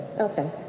Okay